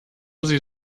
sie